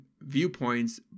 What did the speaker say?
viewpoints